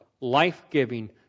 life-giving